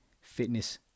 fitness